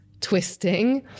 twisting